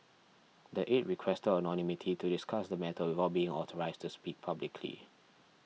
the aide requested anonymity to discuss the matter without being authorised to speak publicly